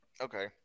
Okay